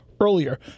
earlier